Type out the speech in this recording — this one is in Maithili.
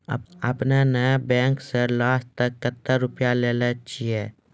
आपने ने बैंक से आजे कतो रुपिया लेने छियि?